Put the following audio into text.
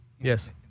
Yes